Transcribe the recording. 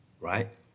right